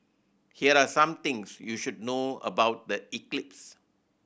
here are some things you should know about the eclipse